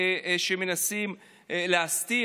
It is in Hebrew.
סגר.